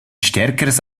stärkeres